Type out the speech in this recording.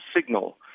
signal